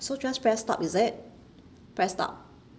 so just press stop is it press stop